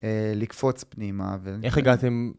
ולקפוץ פנימה ו... איך הגעתם...